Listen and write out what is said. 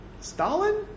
stalin